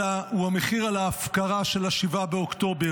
אלא הוא המחיר על ההפקרה של 7 באוקטובר.